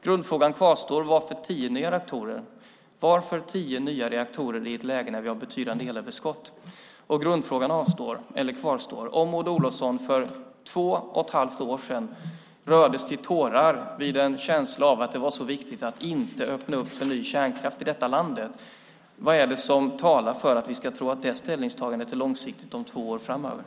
Grundfrågan kvarstår: Varför tio nya reaktorer i ett läge när vi har ett betydande elöverskott? Grundfrågan kvarstår: Om Maud Olofsson för två och ett halvt år sedan rördes till tårar vid en känsla av att det var så viktigt att inte öppna för ny kärnkraft i detta land, vad är det då som talar för att vi ska tro att detta ställningstagande är långsiktigt två år framåt?